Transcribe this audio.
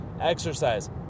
exercise